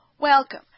Welcome